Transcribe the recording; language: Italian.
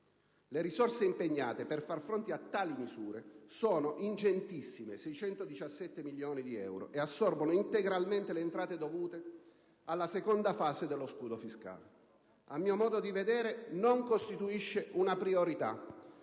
Le risorse impegnate per far fronte a tali misure sono ingenti (617 milioni di euro) e assorbono integralmente le entrate dovute alla seconda fase dello scudo fiscale. A mio modo di vedere, non costituisce una priorità